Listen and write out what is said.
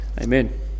Amen